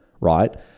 right